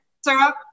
syrup